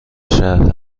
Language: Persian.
شهر